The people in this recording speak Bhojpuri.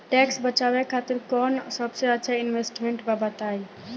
टैक्स बचावे खातिर कऊन सबसे अच्छा इन्वेस्टमेंट बा बताई?